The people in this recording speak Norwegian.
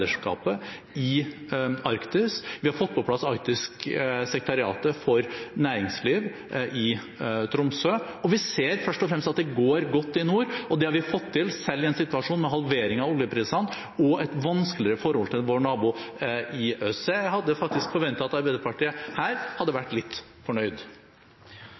i Arktis. Vi har fått på plass det arktiske sekretariatet for næringsliv i Tromsø, og vi ser først og fremst at det går godt i nord. Det har vi fått til, selv i en situasjon med halvering av oljeprisene og et vanskeligere forhold til vår nabo i øst. Så jeg hadde faktisk forventet at Arbeiderpartiet her hadde vært litt fornøyd.